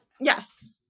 Yes